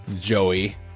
Joey